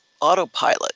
autopilot